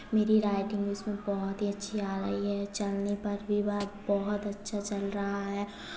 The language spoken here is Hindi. मेरी राइटिंग उसमें बहुत ही अच्छी आ रही है चलने पर भी वह बहुत अच्छा चल रहा है